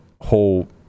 whole